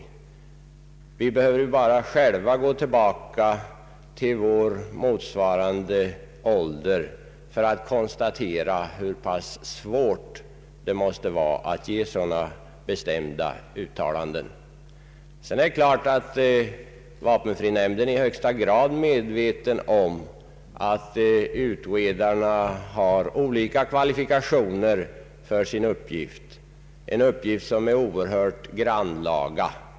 Vi behöver ju bara tänka tillbaka på den tid då vi själva var i motsvarande ålder för att konstatera hur pass svårt det måste vara att göra sådana bestämda uttalanden. Vapenfrinämnden är givetvis i högsta grad medveten om att utredarna har olika kvalifikationer för sin uppgift — en uppgift som är oerhört grannlaga.